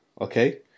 okay